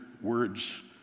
words